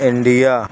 India